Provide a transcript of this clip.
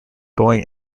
boeing